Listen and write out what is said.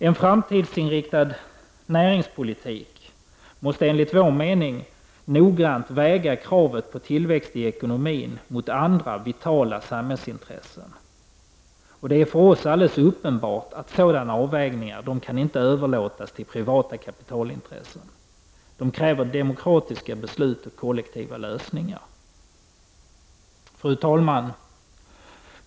En framtidsinriktad näringspolitik måste enligt vår mening noggrant väga kravet på tillväxt i ekonomin mot andra vitala samhällsintressen. Och det är för oss alldeles uppenbart att sådana avvägningar inte kan överlåtas till privata kapitalintressen. De kräver demokratiska beslut och kollektiva lösningar. Fru talman!